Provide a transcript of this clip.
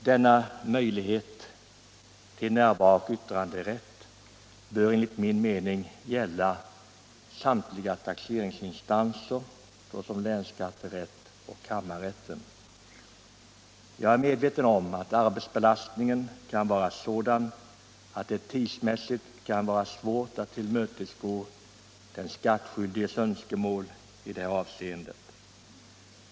Sådan närvaro och yttranderätt bör enligt min mening gälla i samtliga taxeringsinstanser, såsom länsskatterätt och kammarrätt. Jag är medveten om att arbetsbelastningen kan vara sådan att det tidsmässigt är svårt att tillmötesgå den skattskyldiges önskemål i detta avseende.